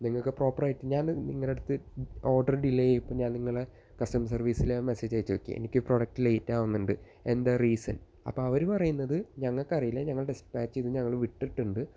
നിങ്ങൾക്ക് പ്രോപ്പർ ആയിട്ട് ഞാൻ നിങ്ങളുടെ അടുത്തു ഓർഡറ് ഡിലേ ആയി അപ്പം ഞാൻ നിങ്ങളുടെ കസ്റ്റമർ സർവീസില് മെസ്സേജ് അയച്ചു നോക്കി എനിക്ക് പ്രോഡക്റ്റ് ലേയ്റ്റാകുന്നുണ്ട് എന്താ റീസൺ അപ്പോൾ അവര് പറയുന്നത് ഞങ്ങൾക്കറിയില്ല ഞങ്ങൾ ഡിസ്പാച്ച് ചെയ്ത് ഞങ്ങള് വിട്ടിട്ടുണ്ട്